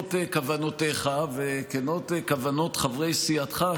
כנות כוונותיך וכנות כוונות חברי סיעתך,